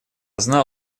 знал